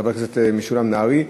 חבר הכנסת משולם נהרי.